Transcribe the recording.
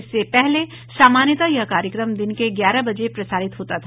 इससे पहले सामान्यता यह कार्यक्रम दिन के ग्यारह बजे प्रसारित होता था